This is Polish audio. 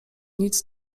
nic